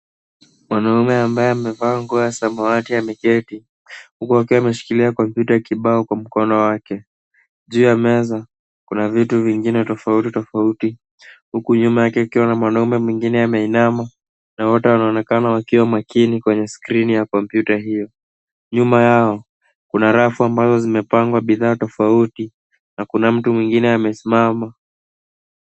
Mwanaume ambaye amevaa nguo ya samawati ameketi. Huku akiwa ameshikilia kompyuta kibao kwa mkono wake. Juu ya meza. kuna vitu vingine tofauti tofauti. Huku nyuma yake kukiwa na mwanaume mwingine ameinama. Na wote wanaonekana wakiwa makini kwenye skrini ya kompyuta hio. Nyuma yao, kuna rafu ambazo zimepangwa bidhaa tofauti. Na kuna mtu mwingine amesimama.